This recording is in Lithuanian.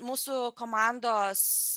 mūsų komandos